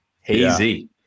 hazy